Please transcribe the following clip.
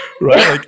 right